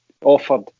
offered